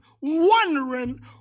wondering